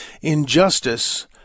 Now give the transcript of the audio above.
Injustice